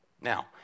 Now